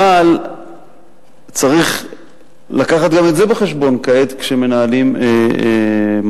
אבל צריך לקחת גם את זה בחשבון כעת כשמנהלים משא-ומתן.